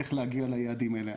איך להגיע ליעדים האלה.